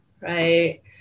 right